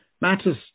matters